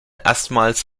erstmals